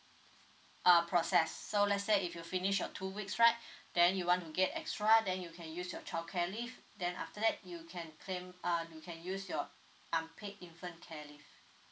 err process so let's say if you finish your two weeks right then you want get extra then you can use your childcare leave then after that you can claim uh you can use your unpaid infant care leave